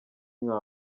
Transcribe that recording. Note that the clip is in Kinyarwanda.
nka